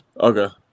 Okay